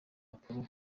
apollo